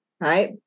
right